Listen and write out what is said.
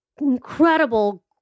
incredible